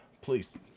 please